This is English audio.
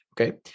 Okay